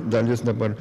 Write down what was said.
dalis dabar